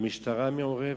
המשטרה מעורבת,